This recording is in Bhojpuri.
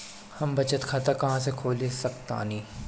हम बचत खाता कहां खोल सकतानी?